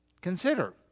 consider